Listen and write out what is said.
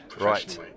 right